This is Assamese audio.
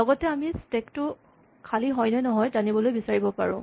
লগতে আমি স্টেক টো খালী হয় নে নহয়ো জানিবলৈ বিচাৰিব পাৰোঁ